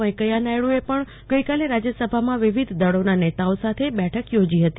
વેંકેયા નાયડુએ ગઈકાલે રાજ્યસભાના વિવિધ દળોના નેતાઓ સાથે બેઠક યોજી હતી